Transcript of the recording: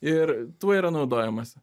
ir tuo yra naudojamasi